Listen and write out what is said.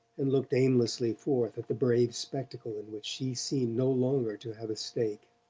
and looked aimlessly forth at the brave spectacle in which she seemed no longer to have a stake.